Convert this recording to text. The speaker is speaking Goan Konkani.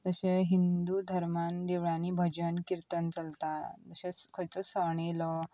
तशे हिंदू धर्मान देवळांनी भजन किर्तन चलता खंयचोच सण येयलो